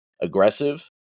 aggressive